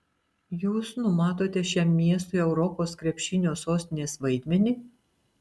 jūs numatote šiam miestui europos krepšinio sostinės vaidmenį